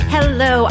Hello